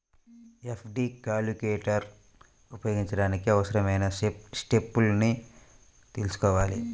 FD calculator ఉపయోగించడానికి అవసరమైన స్టెప్పులను తెల్సుకోవాలి